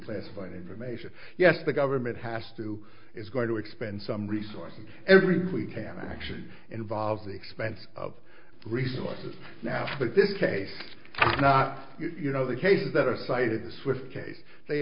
classified information yes the government has to it's going to expend some resources everything we can actually involve the expense of resources now but this case you know the cases that are cited the swift case they